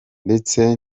ndetse